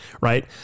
Right